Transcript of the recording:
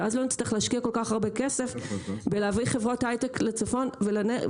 ואז לא נצטרך להשקיע כל כך הרבה כסף בלהביא חברות היי-טק לצפון ולנגב,